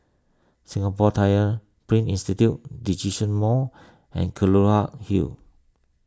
Singapore Tyler Print Institute Djitsun Mall and Kelulut Hill